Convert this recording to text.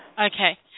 Okay